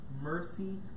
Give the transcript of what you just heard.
mercy